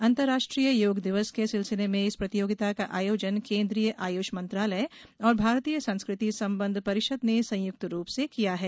अंतर्राष्ट्रीय योग दिवस के सिलसिले में इस प्रतियोगिता का आयोजन केंद्रीय आयुष मंत्रालय और भारतीय संस्कृति संबंध परिषद ने संयुक्त रूप से किया है